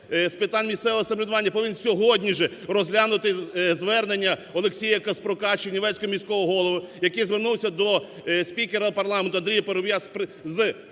з питань місцевого самоврядування повинен сьогодні же розглянути звернення Олексія Каспрука, Чернівецького міського голови, який звернувся до спікера парламенту Андрія Парубія з